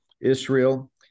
Israel